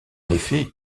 effet